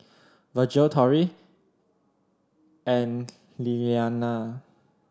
Virgel Torrie and Lillianna